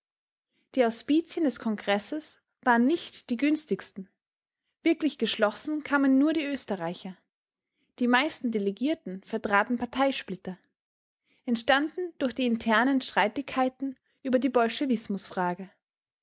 die auspizien des kongresses waren nicht die günstigsten wirklich geschlossen kamen nur die österreicher die meisten delegierten vertraten parteisplitter entstanden durch die internen streitigkeiten über die